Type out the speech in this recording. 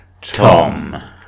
Tom